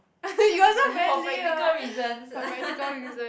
for practical reasons